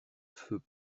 feux